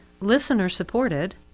listener-supported